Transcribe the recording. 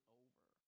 over